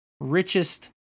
richest